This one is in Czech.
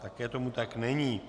Také tomu tak není.